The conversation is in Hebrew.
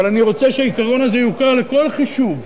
אבל אני רוצה שהעיקרון הזה יוכר לכל חישוב,